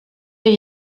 hier